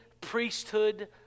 priesthood